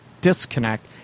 disconnect